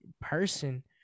person